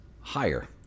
higher